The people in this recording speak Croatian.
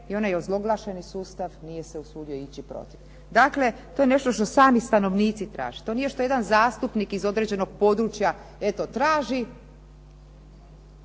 i onaj ozloglašeni sustav nije se usudio ići protiv. Dakle, to je nešto što sami stanovnici traže. To nije što jedan zastupnik iz određenog područja eto traži,